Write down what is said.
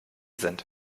sind